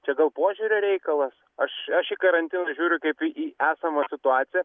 čia gal požiūrio reikalas aš šį karantiną žiūriu kaip į į esamą situaciją